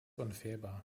unfehlbar